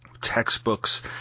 textbooks